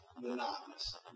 monotonous